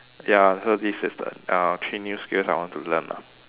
ya so this is the uh three new skills I want to learn lah